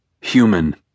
Human